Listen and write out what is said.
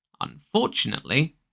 Unfortunately